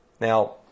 Now